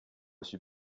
suis